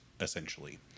essentially